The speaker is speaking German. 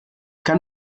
kann